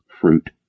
Fruit